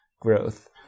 growth